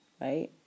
right